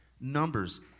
numbers